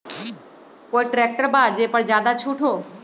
कोइ ट्रैक्टर बा जे पर ज्यादा छूट हो?